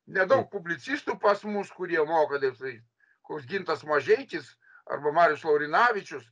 nedaug publicistų pas mus kurie moka dirbt tai koks gintas mažeikis arba marius laurinavičius